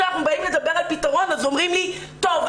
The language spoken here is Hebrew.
כשאנחנו באים לדבר על פתרון אומרים לי: טוב,